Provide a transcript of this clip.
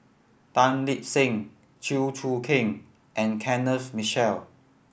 Tan Lip Seng Chew Choo Keng and Kenneth Mitchell